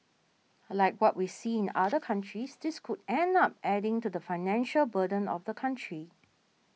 like what we see in other countries this could end up adding to the financial burden of the country